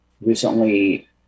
Recently